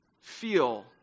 feel